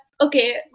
okay